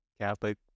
Catholic